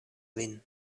vin